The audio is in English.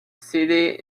city